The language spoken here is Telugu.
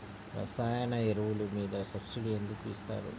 రసాయన ఎరువులు మీద సబ్సిడీ ఎందుకు ఇస్తారు?